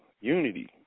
unity